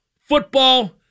football